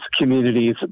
communities